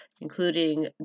including